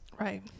Right